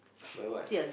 buy what